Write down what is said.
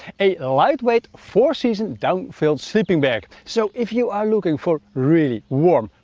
a lightweight, four-season down-filled sleeping bag. so, if you are looking for really warm,